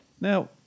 Now